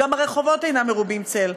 גם הרחובות אינם מרובי צל.